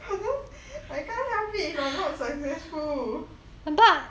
but then I can't help it if I am not successful